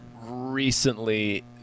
recently